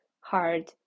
hard